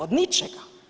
Od ničega.